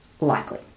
likely